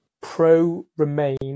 pro-Remain